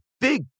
big